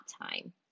time